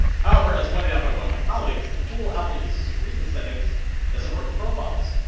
however as pointed out by one of my colleagues the tool apple uses to read the settings doesn't work with profiles.